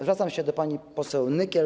Zwracam się do pani poseł Nykiel.